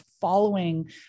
following